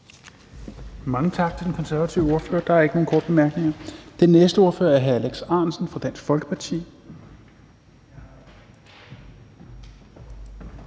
Mange tak til den konservative ordfører. Der er ikke nogen korte bemærkninger. Den næste ordfører er hr. Alex Ahrendtsen fra Dansk Folkeparti.